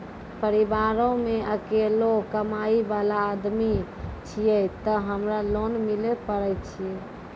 परिवारों मे अकेलो कमाई वाला आदमी छियै ते हमरा लोन मिले पारे छियै?